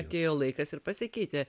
atėjo laikas ir pasikeitė